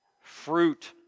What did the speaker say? Fruit